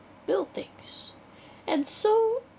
buildings and so